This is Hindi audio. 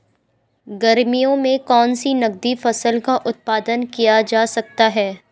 गर्मियों में कौन सी नगदी फसल का उत्पादन किया जा सकता है?